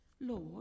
Lord